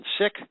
sick